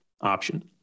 option